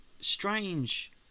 strange